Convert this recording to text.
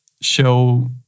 show